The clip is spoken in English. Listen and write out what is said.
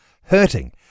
hurting